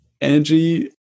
energy